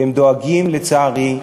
והם דואגים, לצערי,